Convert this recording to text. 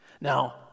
Now